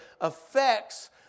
affects